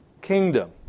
kingdom